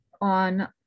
on